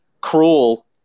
cruel